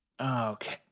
Okay